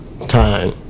time